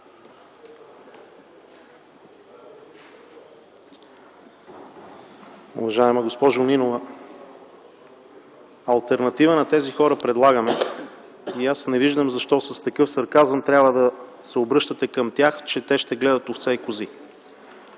Уважаема госпожо Нинова, предлагаме алтернатива на тези хора. Аз не виждам защо с такъв сарказъм трябва да се обръщате към тях, че ще гледат овце и кози.